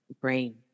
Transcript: brain